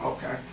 Okay